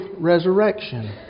resurrection